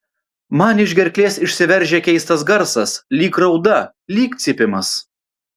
man iš gerklės išsiveržia keistas garsas lyg rauda lyg cypimas